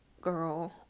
girl